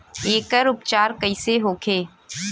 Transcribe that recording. एकर उपचार कईसे होखे?